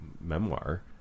memoir